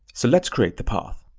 so let's create the path.